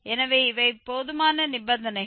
எனவே இவை போதுமான நிபந்தனைகள்